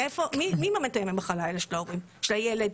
מי יממן את ימי המחלה האלה של ההורים, של הילד?